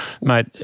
mate